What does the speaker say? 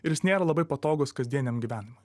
ir jis nėra labai patogus kasdieniam gyvenimui